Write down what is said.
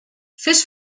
fes